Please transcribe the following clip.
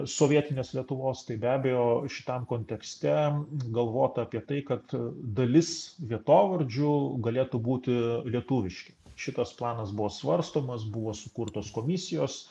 sovietinės lietuvos tai be abejo šitam kontekste galvota apie tai kad dalis vietovardžių galėtų būti lietuviški šitas planas buvo svarstomas buvo sukurtos komisijos